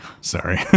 Sorry